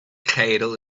kettle